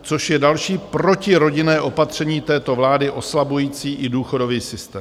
Což je další protirodinné opatření této vlády oslabující i důchodový systém.